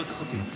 לא צריך אותי.